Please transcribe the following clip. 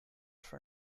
for